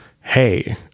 hey